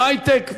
בהיי-טק,